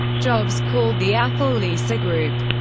jobs called the apple lisa group,